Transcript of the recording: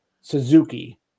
Suzuki